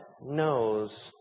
knows